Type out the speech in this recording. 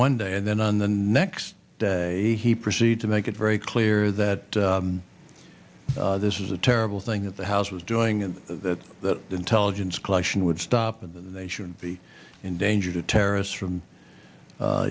one day and then on the next day he proceed to make it very clear that this is a terrible thing that the house was doing and that that intelligence collection would stop and that they should be in danger to terrorists from